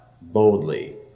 boldly